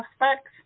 aspects